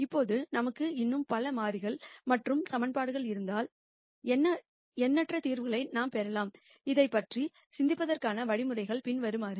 இப்போது நமக்கு இன்னும் பல வேரியபிள் மற்றும் ஈகிவேஷன்கள் இருப்பதால் எண்ணற்ற தீர்வுகளை நாம் பெறலாம் இதைப் பற்றி சிந்திப்பதற்கான வழிமுறைகள் பின்வருமாறு